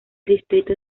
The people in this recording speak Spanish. distrito